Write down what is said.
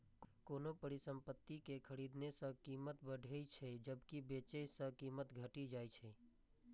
कोनो परिसंपत्ति कें खरीदने सं कीमत बढ़ै छै, जबकि बेचै सं कीमत घटि जाइ छै